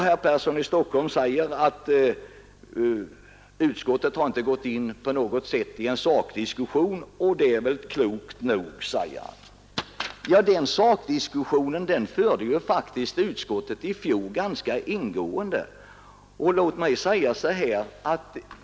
Herr Persson i Stockholm säger att utskottet inte på något sätt har inlåtit sig i en sakdiskussion. Nu förde utskottet i fjol en ganska ingående sakdiskussion om detta.